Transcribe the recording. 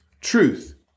Truth